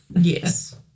Yes